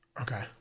Okay